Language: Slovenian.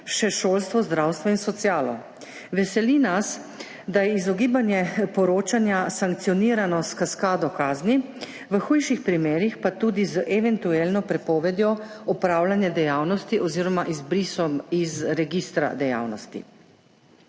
še šolstvo, zdravstvo in socialo. Veseli nas, da je izogibanje poročanja sankcionirano s kaskado kazni, v hujših primerih pa tudi z eventualno prepovedjo opravljanja dejavnosti oziroma izbrisom iz registra dejavnosti.